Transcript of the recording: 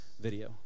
video